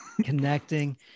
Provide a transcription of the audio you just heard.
connecting